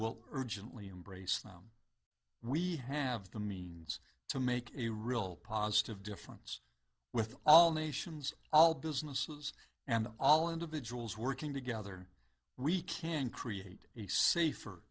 only embrace now we have the means to make a real positive difference with all nations all businesses and all individuals working together we can create a safer